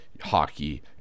hockey